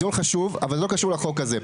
דיון חשוב, אבל זה לא קשור לחוק הזה.